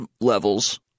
levels